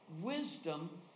wisdom